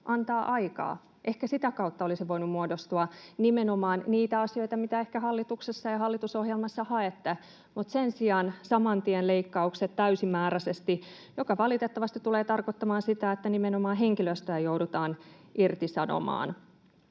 antaa aikaa.” Ehkä sitä kautta olisi voinut muodostua nimenomaan niitä asioita, mitä ehkä hallituksessa ja hallitusohjelmassa haette, mutta sen sijaan saman tien tulevat leikkaukset täysimääräisesti, mikä valitettavasti tulee tarkoittamaan sitä, että nimenomaan henkilöstöä joudutaan irtisanomaan.